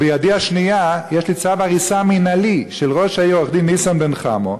בידי השנייה יש לי צו הריסה מינהלי של ראש העיר ניסן בן חמו,